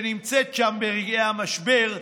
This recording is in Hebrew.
שנמצאת שם ברגעי המשבר,